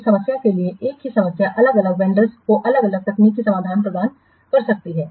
ही समस्या के लिए एक ही समस्या अलग अलग वंडर्स को अलग अलग तकनीकी समाधान प्रदान कर सकती है